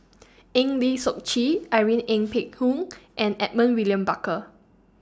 Eng Lee Seok Chee Irene Ng Phek Hoong and Edmund William Barker